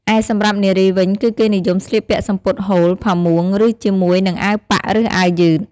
ឯសម្រាប់់នារីវិញគឺគេនិយមស្លៀកពាក់សំពត់ហូល ផាមួងឬជាមួយនឹងអាវប៉ាក់ឬអាវយឺត។